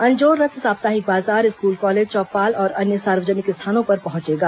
अंजोर रथ साप्ताहिक बाजार school college चौपाल और अन्य सार्वजनिक स्थानों पर पहंचेगा